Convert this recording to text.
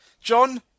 John